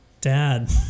Dad